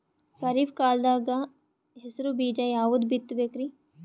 ಖರೀಪ್ ಕಾಲದಾಗ ಹೆಸರು ಬೀಜ ಯಾವದು ಬಿತ್ ಬೇಕರಿ?